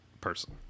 person